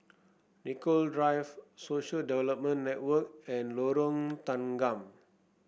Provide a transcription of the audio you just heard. Nicoll Drive Social Development Network and Lorong Tanggam